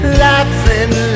laughing